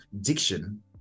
diction